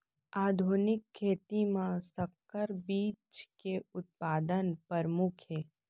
आधुनिक खेती मा संकर बीज के उत्पादन परमुख हे